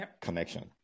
connection